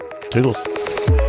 toodles